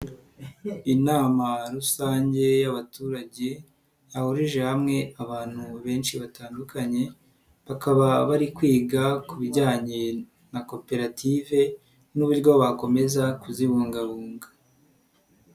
Inama rusange y'abaturage yahurije hamwe abantu benshi batandukanye bakaba bari kwiga ku bijyanye na koperative n'uburyo bakomeza kuzibungabunga.